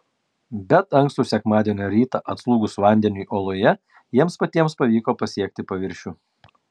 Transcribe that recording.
bet ankstų sekmadienio rytą atslūgus vandeniui oloje jiems patiems pavyko pasiekti paviršių